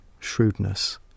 shrewdness